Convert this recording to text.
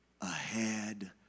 ahead